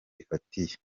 ifatiye